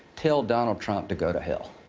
tell donald trump to go to hell.